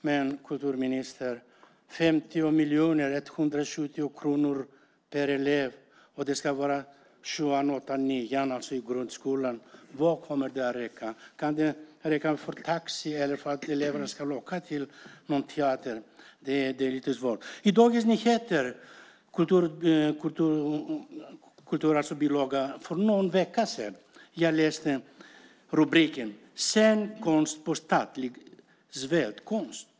Men, kulturministern, hur långt kommer 50 miljoner, 170 kronor per elev i 7:an, 8:an och 9:an i grundskolan, att räcka. Ska de räcka till taxi eller för att eleverna ska åka till en teater? Det blir lite svårt. I Dagens Nyheters kulturbilaga för någon vecka sedan läste jag rubriken "Scenkonst på statlig svältkost".